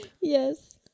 yes